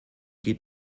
geht